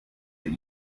that